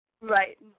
Right